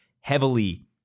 heavily